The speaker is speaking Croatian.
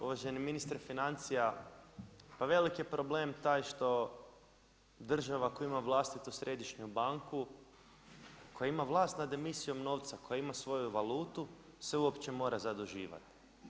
Uvaženi ministre financija, pa veliki je problem taj što država koja ima vlastitu središnju banku, koja ima vlast nad emisijom novca, koja ima svoju valutu se uopće mora zaduživati.